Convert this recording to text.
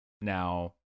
now